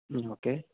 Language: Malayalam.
മ് ഓക്കേ